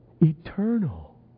eternal